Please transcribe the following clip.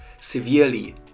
severely